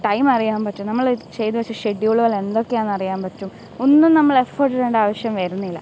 time അറിയാൻ പറ്റും നമ്മൾ ഇത് ചെയ്തുവച്ച ഷെഡ്യൂള് പോലെയാണ് എന്തൊക്കെയാണെന്നറിയാൻ പറ്റും ഒന്നും നമ്മൾ എഫേട്ടിടേണ്ട ആവശ്യം വരുന്നില്ല